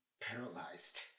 paralyzed